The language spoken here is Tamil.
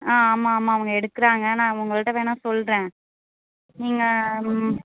ஆ ஆமாம் ஆமாம் அவங்க எடுக்கிறாங்க நான் அவங்கள்ட்ட வேணால் சொல்கிறேன் நீங்கள்